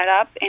up